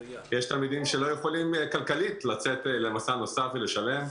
יש תלמידים שלא יכולים כלכלית לצאת למסע נוסף ולשלם.